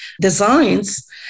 designs